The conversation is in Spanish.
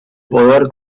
poder